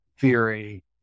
theory